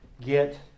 get